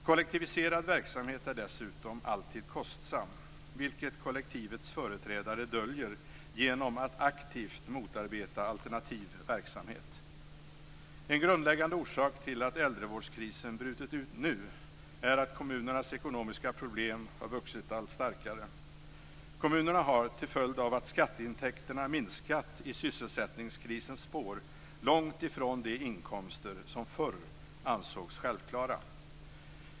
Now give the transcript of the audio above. Kollektiviserad verksamhet är dessutom alltid kostsam, något som kollektivets företrädare döljer genom att aktivt motarbeta alternativ verksamhet. En grundläggande orsak till att äldrevårdskrisen brutit ut nu är att kommunernas ekonomiska problem har vuxit sig allt starkare. Kommunerna har, till följd av att skatteintäkterna minskat i sysselsättningskrisens spår, långt ifrån de inkomster som förr ansågs självklara.